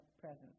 presence